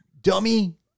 dummy